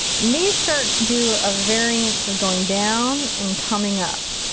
these start to do a variance of going down and coming up.